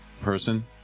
person